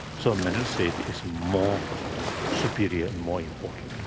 so mental state is more superior, more important